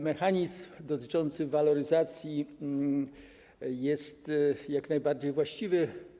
Mechanizm dotyczący waloryzacji jest jak najbardziej właściwy.